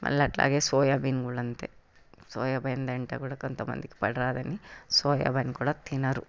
మరలా అట్లాగే సోయాబీన్ కూడా అంతే సోయాబీన్ తింటే కూడా కొంతమందికి పడదు అని సోయాబీన్ కూడా తినరు